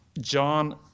John